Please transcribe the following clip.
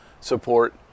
support